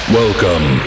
welcome